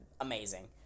amazing